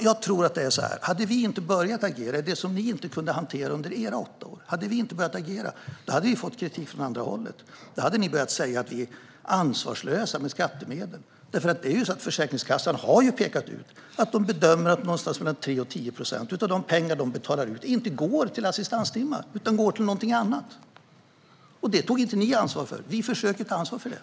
Jag tror att det är så här: Hade vi inte börjat agera när det gäller det ni inte kunde hantera under era åtta år hade vi fått kritik från andra hållet. Då hade ni börjat säga att vi är ansvarslösa med skattemedel. Försäkringskassan har ju pekat ut att de bedömer att någonstans mellan 3 och 10 procent av pengarna de betalar ut inte går till assistanstimmar utan till någonting annat. Det tog inte ni ansvar för, men vi försöker göra det.